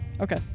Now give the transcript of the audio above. Okay